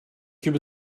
gebe